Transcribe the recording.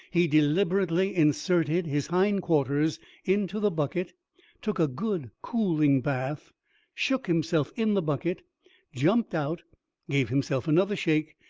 he deliberately inserted his hind-quarters into the bucket took a good cooling bath shook himself in the bucket jumped out gave himself another shake,